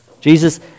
Jesus